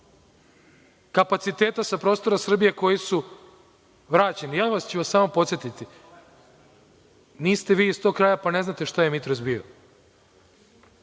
kapaciteta sa prostora Srbije koji su vraćeni. Samo ću vas podsetiti, niste vi iz tog kraja pa ne znate šta je „Mitros“ bio.